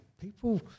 people